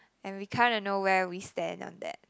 and we kinda know where we stand on that